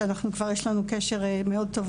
שיש לנו קשר מאוד טוב,